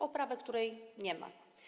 Oprawę, której nie ma.